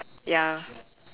ya